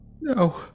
No